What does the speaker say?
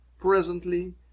Presently